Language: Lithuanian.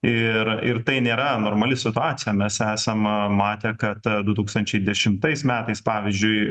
ir ir tai nėra normali situacija mes esam matę kad du tūkstančiai dešimtais metais pavyzdžiui